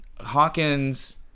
Hawkins